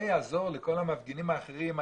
זה יעזור לכל המפגינים האחרים,